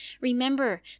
Remember